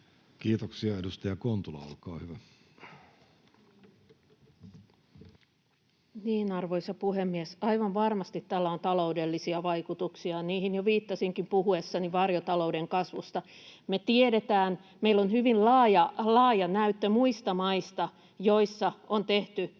muuttamisesta Time: 17:28 Content: Niin, arvoisa puhemies, aivan varmasti tällä on taloudellisia vaikutuksia, ja niihin jo viittasinkin puhuessani varjotalouden kasvusta. Meillä on hyvin laaja näyttö muista maista, joissa on tehty